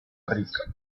rica